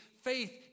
faith